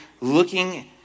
looking